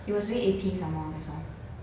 he was doing A_P some more that's why